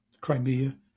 Crimea